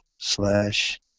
slash